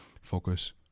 focus